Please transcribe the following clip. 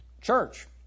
church